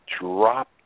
drop